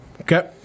Okay